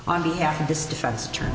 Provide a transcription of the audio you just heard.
on behalf of this defense attorney